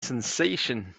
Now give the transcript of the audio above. sensation